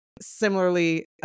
similarly